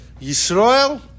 Yisrael